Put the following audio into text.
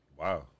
Wow